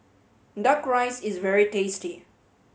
Duck Rice is very tasty